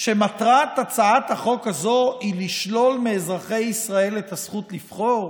שמטרת הצעת החוק הזו היא לשלול מאזרחי ישראל את הזכות לבחור?